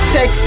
Sex